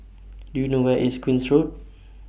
Do YOU know Where IS Queen's Road